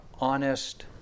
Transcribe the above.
honest